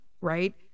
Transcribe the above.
right